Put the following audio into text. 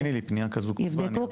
תכיני לי פנייה כזו לנתיב.